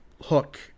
hook